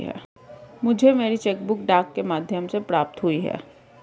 मुझे मेरी cheque book डाक के माध्यम से प्राप्त हुई है